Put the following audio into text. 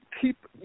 keep –